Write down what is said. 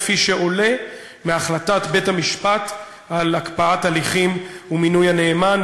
כפי שעולה מהחלטת בית-המשפט על הקפאת הליכים ומינוי הנאמן.